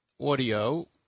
audio